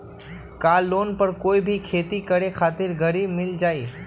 का लोन पर कोई भी खेती करें खातिर गरी मिल जाइ?